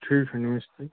ठीक है नमस्ते